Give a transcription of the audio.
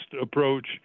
approach